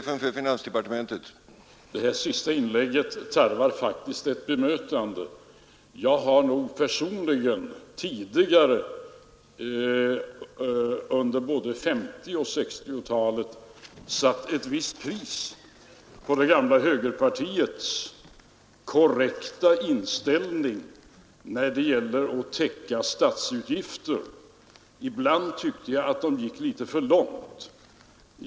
Herr talman! Detta sista inlägg tarvar faktiskt ett bemötande. Jag har nog personligen tidigare under både 1950 och 1960-talen satt ett visst värde på det gamla högerpartiets korrekta inställning när det gäller att täcka statsutgifter. Ibland tyckte jag att det gick litet för långt.